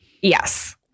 Yes